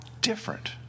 different